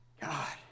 God